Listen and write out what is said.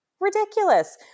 Ridiculous